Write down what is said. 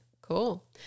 cool